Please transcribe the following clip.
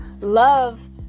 Love